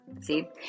See